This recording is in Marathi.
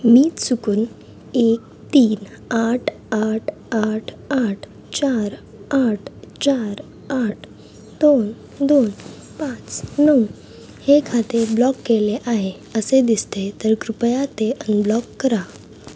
मी चुकून एक तीन आठ आठ आठ आठ चार आठ चार आठ दोन दोन पाच नऊ हे खाते ब्लॉक केले आहे असे दिसते तर कृपया ते अनब्लॉक करा